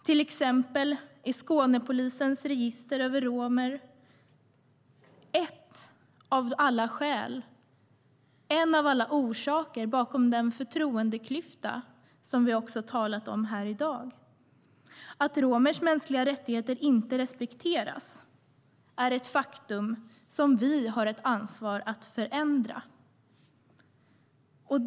Till exempel är Skånepolisens register över romer en av alla orsaker bakom den förtroendeklyfta som vi också har talat om här i dag. Att romers mänskliga rättigheter inte respekteras är ett faktum som vi har ansvar för att förändra.